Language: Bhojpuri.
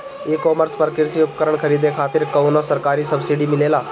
ई कॉमर्स पर कृषी उपकरण खरीदे खातिर कउनो सरकारी सब्सीडी मिलेला?